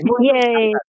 Yay